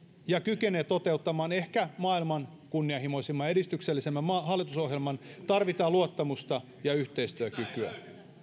ja kykenee toteuttamaan ehkä maailman kunnianhimoisimman ja edistyksellisimmän hallitusohjelman tarvitaan luottamusta ja yhteistyökykyä